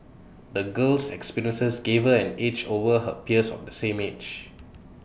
the girl's experiences gave her an edge over her peers of the same age